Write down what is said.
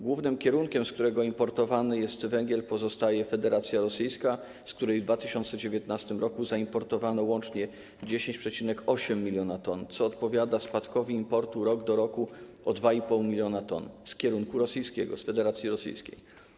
Głównym kierunkiem, z którego importowany jest węgiel, pozostaje Federacja Rosyjska, z której w 2019 r. zaimportowano łącznie 10,8 mln t, co odpowiada spadkowi importu rok do roku o 2,5 mln t z kierunku rosyjskiego, z Federacji Rosyjskiej.